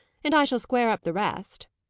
and i shall square up the rest.